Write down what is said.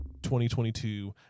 2022